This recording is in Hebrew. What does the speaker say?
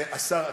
השר אקוניס,